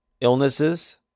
illnesses